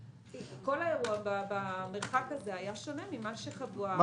כל האירוע במרחק הזה היה שונה ממה שחוו הישובים הקרובים לגדר.